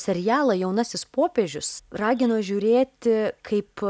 serialą jaunasis popiežius ragino žiūrėti kaip